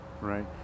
Right